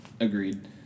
Agreed